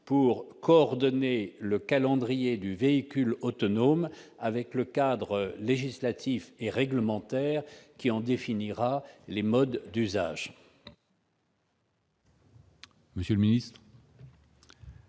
coordination entre le calendrier du véhicule autonome et le cadre législatif et réglementaire qui en définira les modes d'usage.